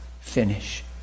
finish